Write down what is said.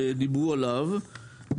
שדיברו עליו.